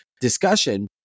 discussion